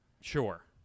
Sure